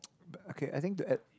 but okay I think to add